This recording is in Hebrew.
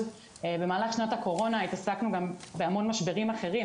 במהלך שנת הקורונה התעסקנו גם בהמון משברים אחרים,